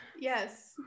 Yes